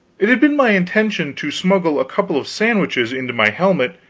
it had been my intention to smuggle a couple of sandwiches into my helmet,